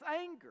anger